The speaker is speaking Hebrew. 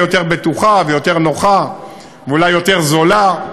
יותר בטוחה ויותר נוחה ואולי יותר זולה,